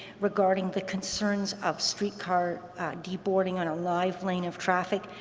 regarding the concerns of streetcar deboarding on a live lane of traffic,